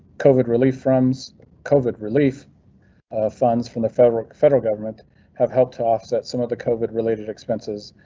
covid relief from's covid relief funds from the federal federal government have helped to offset some of the covid related expenses,